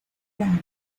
dallas